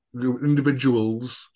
individuals